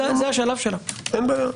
אין בעיה.